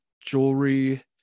jewelry